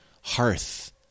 hearth